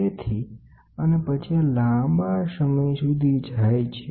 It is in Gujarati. તેથી અને પછી આ લાંબા સમય સુધી જાય છે